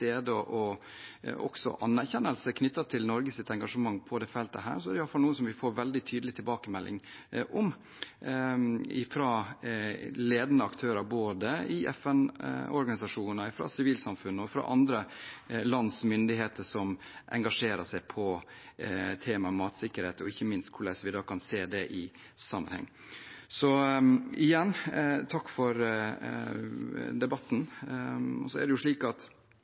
og også anerkjennelsen av Norges engasjement på dette feltet, får vi i alle fall veldig tydelig tilbakemelding på det fra ledende aktører i FN-organisasjoner, fra sivilsamfunnet og fra andre lands myndigheter som engasjerer seg i temaet matsikkerhet og ikke minst hvordan vi kan se dette i sammenheng. Så igjen – takk for debatten. Tallene for utviklingssamarbeid, den ODA-godkjente bistanden for 2020, er